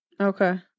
okay